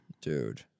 dude